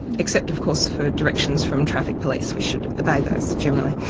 except of course for directions from traffic police, we should obey those generally.